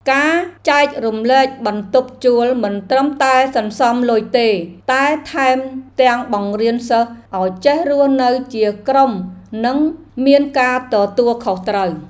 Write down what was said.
ការចែករំលែកបន្ទប់ជួលមិនត្រឹមតែសន្សំលុយទេតែថែមទាំងបង្រៀនសិស្សឱ្យចេះរស់នៅជាក្រុមនិងមានការទទួលខុសត្រូវ។